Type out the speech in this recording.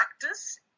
practice